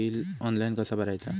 Bill online कसा भरायचा?